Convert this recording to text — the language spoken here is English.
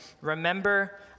remember